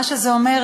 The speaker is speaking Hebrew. מה שזה אומר,